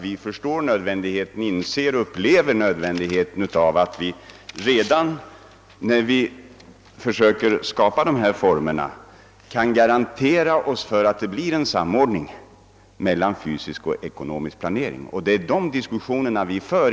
Vi inser och upplever nämligen nödvändigeten av att redan vid skapandet av formerna för den fysiska riksplaneringen garantera en samordning mellan denna och annan planering på riksnivån.